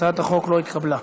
הצעת החוק לא התקבלה.